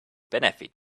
benefit